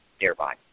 nearby